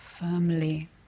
Firmly